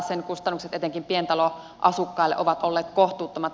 sen kustannukset etenkin pientaloasukkaille ovat olleet kohtuuttomat